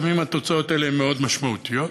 לפעמים התוצאות האלה משמעותיות מאוד.